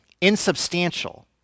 insubstantial